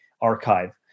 archive